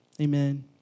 Amen